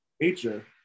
nature